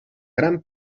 gran